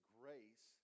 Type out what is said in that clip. grace